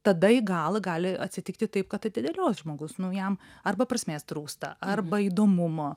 tada į galą gali atsitikti taip kad atidėlios žmogus nu jam arba prasmės trūksta arba įdomumo